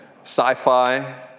sci-fi